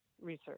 research